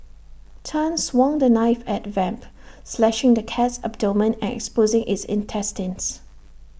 Tan swung the knife at Vamp slashing the cat's abdomen and exposing its intestines